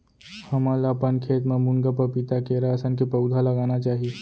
हमन ल अपन खेत म मुनगा, पपीता, केरा असन के पउधा लगाना चाही